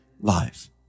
life